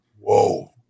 whoa